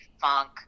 funk